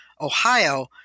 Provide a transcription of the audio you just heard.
Ohio